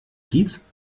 kiez